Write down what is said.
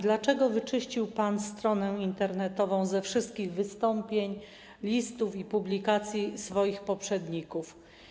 Dlaczego wyczyścił pan stronę internetową ze wszystkich wystąpień, listów i publikacji swoich poprzedników?